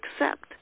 accept